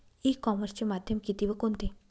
E कॉमर्सचे माध्यम किती व कोणते?